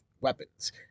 weapons